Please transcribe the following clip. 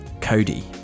Cody